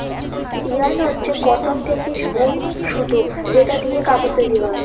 yarn হচ্ছে cotton থেকে বুন সুতো যেটা দিয়ে কাপড় তৈরী হয়